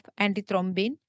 antithrombin